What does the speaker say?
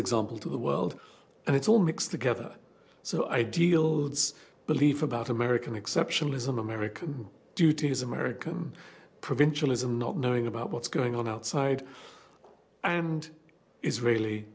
example to the world and it's all mixed together so ideals believe about american exceptionalism american duty as american provincialism not knowing about what's going on outside and israeli